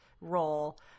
role